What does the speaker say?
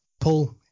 Paul